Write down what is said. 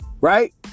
Right